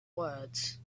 words